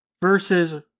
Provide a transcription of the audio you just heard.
versus